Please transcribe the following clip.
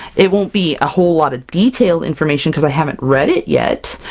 it won't be a whole lot of detailed information, because i haven't read it yet.